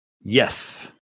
Yes